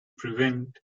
prevent